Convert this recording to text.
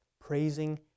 Praising